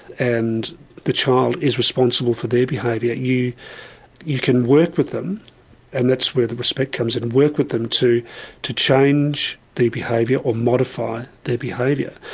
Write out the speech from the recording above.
and the child is responsible for their behaviour. you you can work with them and that's where the respect comes in. work with them to to change their behaviour, or modify their behaviour.